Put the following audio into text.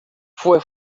fue